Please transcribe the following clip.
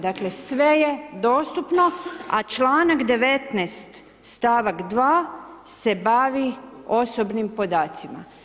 Dakle, sve je dostupno, a članak 19. stavak 2 se bavi osobnim podacima.